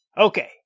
Okay